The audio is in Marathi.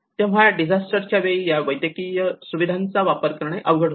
तेव्हा डिझास्टर च्या वेळी या वैद्यकीय सुविधांचा वापर करणे अवघड होते